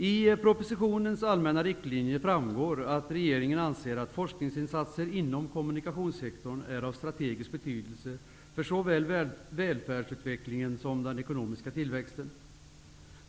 Av propositionens allmänna riktlinjer framgår att regeringen anser att forskningsinsatser inom kommunikationssektorn är av strategisk betydelse för såväl välfärdsutvecklingen som den ekonomiska tillväxten.